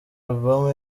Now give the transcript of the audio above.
albumu